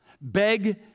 beg